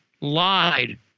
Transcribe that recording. lied